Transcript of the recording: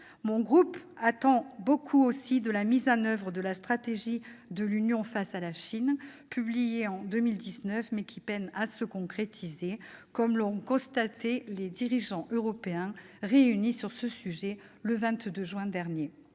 Mon groupe attend aussi beaucoup de la mise en oeuvre de la stratégie de l'Union face à la Chine, qui a été publiée en 2019, mais qui peine à se concrétiser, comme l'ont constaté les dirigeants européens réunis sur ce sujet le 22 juin dernier.